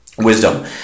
wisdom